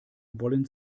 wollen